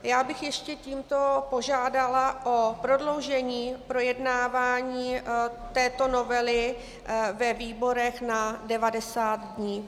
Já bych ještě tímto požádala o prodloužení projednávání této novely ve výborech na 90 dnů.